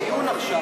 דיון, דיון עכשיו.